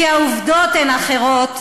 כי העובדות הן אחרות,